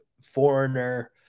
foreigner